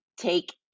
take